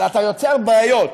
אבל אתה יוצר בעיות.